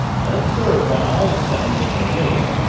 unobserved by all except miss cornelia,